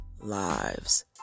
lives